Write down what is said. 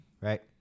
right